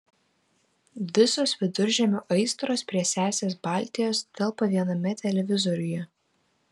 visos viduržemio aistros prie sesės baltijos telpa viename televizoriuje